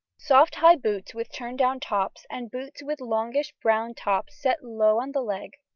soft high boots with turn-down tops, and boots with longish brown tops set low on the leg.